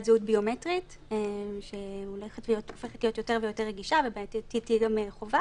זהות ביומטרית שהופכת להיות יותר ויותר רגישה ושבעתיד תהיה גם חובה.